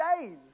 Days